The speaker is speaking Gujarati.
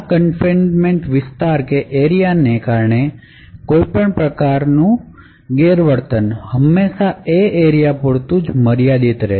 આ કન્ફીનમેન્ટ એરિયાને કારણે કોઈપણ પ્રકારનું ગેરવર્તન હંમેશા એ એરીયા પૂરતું જ મર્યાદિત રહે